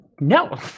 no